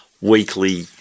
weekly